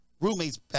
roommates